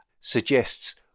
suggests